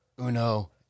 uno